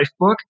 Lifebook